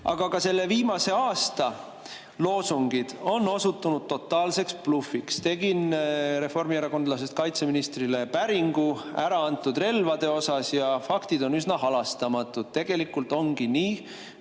Aga ka selle viimase aasta loosungid on osutunud totaalseks blufiks. Tegin reformierakondlasest kaitseministrile päringu äraantud relvade kohta ja faktid on üsna halastamatud. Tegelikult ongi nii,